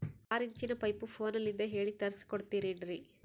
ಆರಿಂಚಿನ ಪೈಪು ಫೋನಲಿಂದ ಹೇಳಿ ತರ್ಸ ಕೊಡ್ತಿರೇನ್ರಿ?